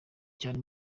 cyane